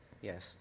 Yes